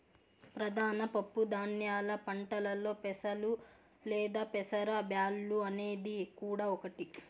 ప్రధాన పప్పు ధాన్యాల పంటలలో పెసలు లేదా పెసర బ్యాల్లు అనేది కూడా ఒకటి